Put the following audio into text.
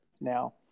Now